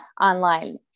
online